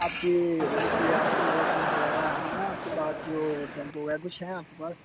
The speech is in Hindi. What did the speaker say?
आपके बस या आपके बस वस वगैरह है ना आपके पास जो टेंपो वगैरह कुछ है आपके पास